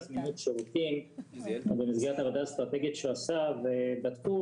זמינות שירותים ובמסגרת עבודה אסטרטגית שהוא עשה בדקו